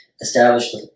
established